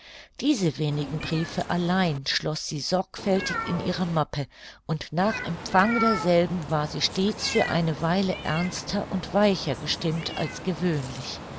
diese wenigen briefe allein schloß sie sorgfältig in ihre mappe und nach empfang derselben war sie stets für eine weile ernster und weicher gestimmt als gewöhnlich